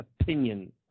opinion